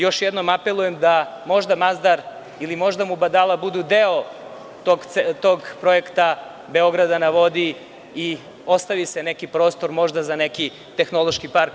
Još jednom apelujem da možda Mazdar, ili možda Mubadala budu deo tog projekta „Beograda na vodi“ i ostavi se neki prostor možda za neki tehnološki park.